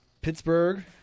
Pittsburgh